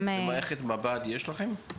מערכת מב"ד יש לכם?